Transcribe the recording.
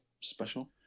special